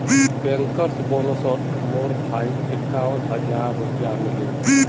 bankers बोनसोत मोर भाईक इक्यावन हज़ार रुपया मिलील